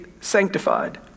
sanctified